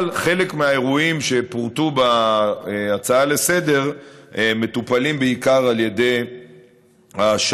אבל חלק מהאירועים שפורטו בהצעה לסדר-היום מטופלים בעיקר על ידי השב"כ.